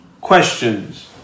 Questions